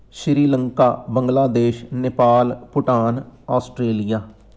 Sri Lanka Bangladesh Nepal Bhutan Australia